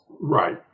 Right